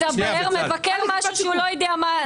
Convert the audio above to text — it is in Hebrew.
מבקר משהו שאתה לא יודע.